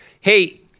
hey